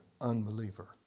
unbeliever